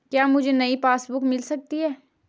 क्या मुझे नयी पासबुक बुक मिल सकती है?